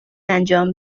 انجام